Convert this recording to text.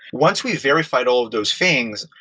once we verified all of those things,